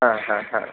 हा हा हा